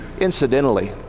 incidentally